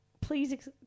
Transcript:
Please